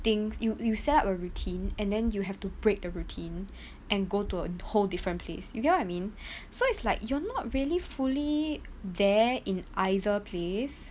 things you you set up a routine and then you have to break the routine and go to a whole different place you get what I mean so it's like you're not really fully there in either place